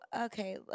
okay